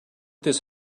this